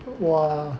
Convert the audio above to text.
!wah!